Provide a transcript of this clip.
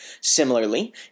Similarly